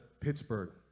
Pittsburgh